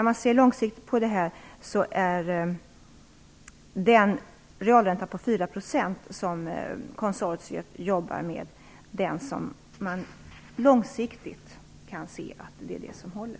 Konsortiet jobbar med en realränta på 4 %, och på lång sikt är det den ränta som håller.